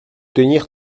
tenir